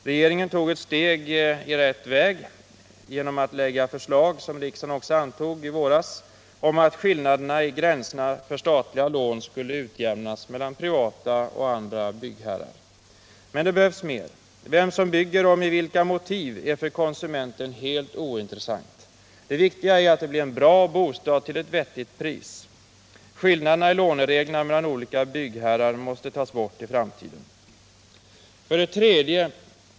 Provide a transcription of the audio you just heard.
Regeringen tog ett steg i rätt riktning genom att lägga förslag — som riksdagen också antog — om att skillnaderna i gränserna för statliga lån mellan privata och andra byggherrar skulle utjämnas. Men det behövs mer! Vem som bygger och med vilka motiv är för konsumenten helt ointressant. Det viktiga är att det blir en bra bostad till ett vettigt pris. Skillnaderna i låneregler mellan olika byggherrar måste tas bort i framtiden. 3.